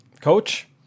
Coach